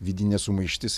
vidinė sumaištis